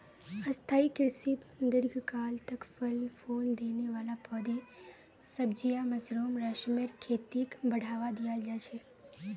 स्थाई कृषित दीर्घकाल तक फल फूल देने वाला पौधे, सब्जियां, मशरूम, रेशमेर खेतीक बढ़ावा दियाल जा छे